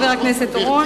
חבר הכנסת אורון,